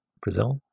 brazil